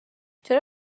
چرا